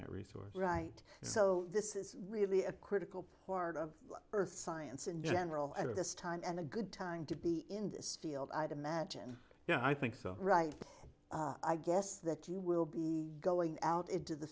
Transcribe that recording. that resource right so this is really a critical part of earth science in general at this time and a good time to be in this field i'd imagine you know i think so right i guess that you will be going out into the